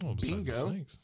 Bingo